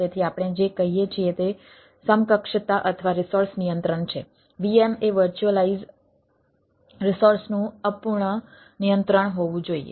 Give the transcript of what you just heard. તેથી આપણે જે કહીએ છીએ તે સમકક્ષતા અથવા રિસોર્સ નિયંત્રણ છે VM એ વર્ચ્યુઅલાઈઝ રિસોર્સનું અપૂર્ણ નિયંત્રણ હોવું જોઈએ